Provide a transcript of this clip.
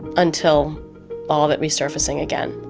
until all of it resurfacing again,